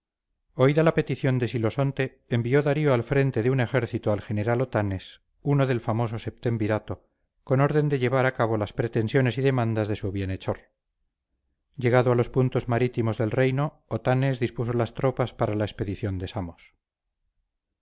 cxli oída la petición de silosonte envió darío al frente de un ejército al general otanes uno del famoso septemvirato con orden de llevar a cabo las pretensiones y demandas de su bienhechor llegado a los puntos marítimos del reino otanes dispuso las tropas para la expedición de samos